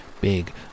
big